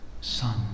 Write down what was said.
Son